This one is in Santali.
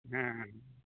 ᱦᱮᱸ